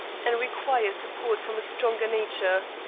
and require support from a stronger nature.